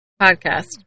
Podcast